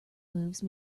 move